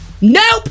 Nope